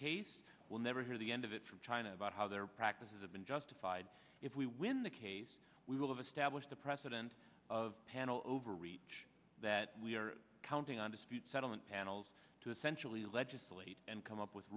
case we'll never hear the end of it from china about how their practices have been justified if we win the case we will have established a precedent of panel overreach that we are counting on dispute settlement panels to essentially legislate and come up with